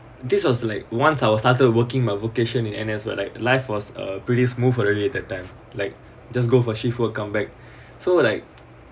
this was like once I started working my vocation in N_S where like life was a pretty smooth already that time like just go for shift work come back so like